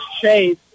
Chase